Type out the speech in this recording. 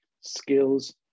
skills